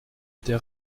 der